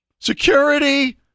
Security